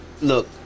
Look